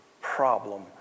problem